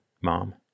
Mom